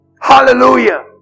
hallelujah